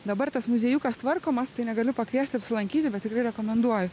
dabar tas muziejukas tvarkomas tai negaliu pakviesti apsilankyti bet tikrai rekomenduoju